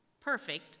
perfect